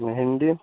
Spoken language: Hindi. मैं हिन्दी